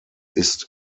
ist